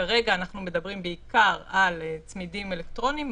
כשכרגע אנחנו מדברים בעיקר על צמידים אלקטרוניים,